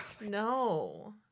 No